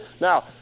Now